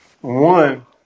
One